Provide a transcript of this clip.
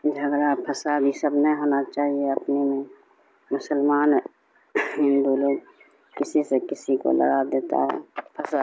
جھگڑا فساد یہ سب نہیں ہونا چاہیے اپنے میں مسلمان ہندو لوگ کسی سے کسی کو لڑا دیتا ہے پھنسا